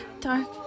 Dark